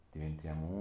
Diventiamo